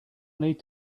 need